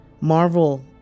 Marvel